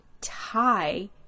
tie